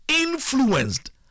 influenced